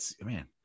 man